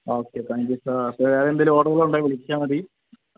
okay thank you sir അപ്പം എന്തെങ്കിലും ഓർഡറുകൾ ഉണ്ടെങ്കിൽ വിളിച്ചാൽ മതി